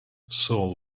saul